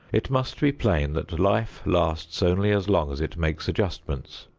it must be plain that life lasts only as long as it makes adjustments.